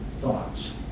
thoughts